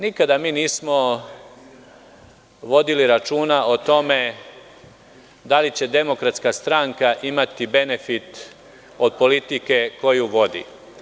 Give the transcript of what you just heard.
Nikada mi nismo vodili računa o tome da li će DS imati benefit od politike koju vodi.